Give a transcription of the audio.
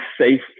safe